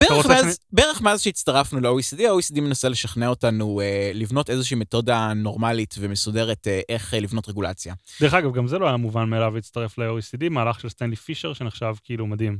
בערך מאז שהצטרפנו לאו-אי-סי-די האו-אי-סי-די מנסה לשכנע אותנו לבנות איזושהי מתודה נורמלית ומסודרת איך לבנות רגולציה. דרך אגב גם זה לא היה מובן מאליו להצטרף לאו-אי-סי-די מהלך של סטיינלי פישר שנחשב כאילו מדהים.